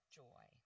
joy